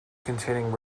containing